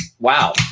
Wow